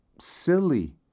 silly